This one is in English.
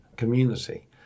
community